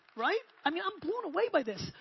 right? i mean, i'm blown away by this.